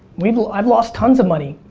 we've lo, i've lost tons of money.